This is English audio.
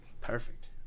Perfect